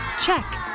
check